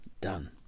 Done